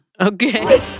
Okay